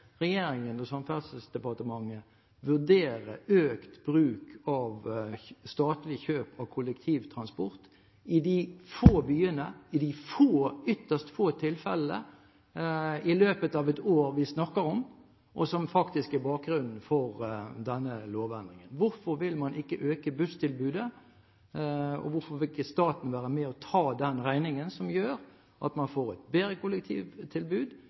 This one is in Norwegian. regjeringen og Samferdselsdepartementet vurdere økt bruk av statlig kjøp av kollektivtransport i de få byene, i de ytterst få tilfellene i løpet av et år som vi snakker om, og som faktisk er bakgrunnen for denne lovendringen? Hvorfor vil man ikke øke busstilbudet, og hvorfor vil ikke staten være med og ta denne regningen, som gjør at man får et bedre kollektivtilbud